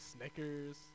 Snickers